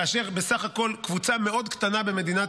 כאשר בסך הכול קבוצה מאוד קטנה במדינת